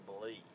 believe